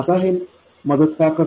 आता हे मदत का करते